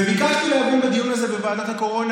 וביקשתי להבין בדיון הזה בוועדת הקורונה